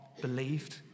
believed